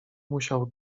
musiał